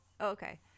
Okay